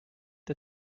the